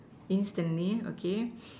instantly okay